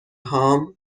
هام